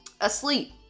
asleep